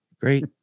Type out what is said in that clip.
Great